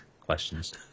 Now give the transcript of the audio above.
questions